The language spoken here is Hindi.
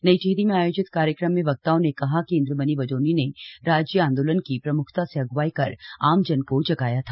नई टिहरी में आयोजित कार्यक्रम में वक्ताओं ने कहा कि इंद्रमणि बड़ोनी ने राज्यांदोलन की प्रम्खता से अग्वाई कर आमजन को जगाया था